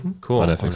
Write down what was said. Cool